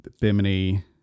Bimini